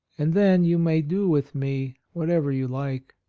and then you may do with me whatever you like.